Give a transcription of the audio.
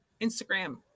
Instagram